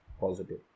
positive